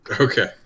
Okay